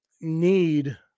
need